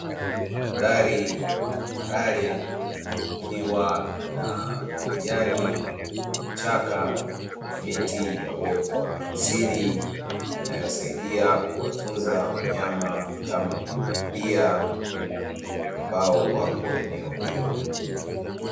Mandhari ya tambarare ikiwa na kijani, kichaka na miti ya uoto wa asili inayosaidia kuwatunza wanyama kama pundamilia ambao wapo katika eneo hilo.